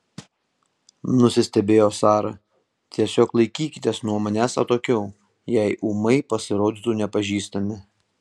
nusistebėjo sara tiesiog laikykitės nuo manęs atokiau jei ūmai pasirodytų nepažįstami